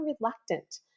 reluctant